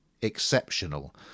exceptional